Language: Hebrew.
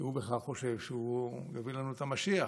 שהוא בכלל חושב שהוא מביא לנו את המשיח.